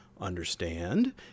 understand